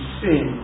sin